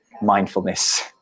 mindfulness